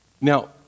Now